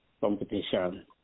competition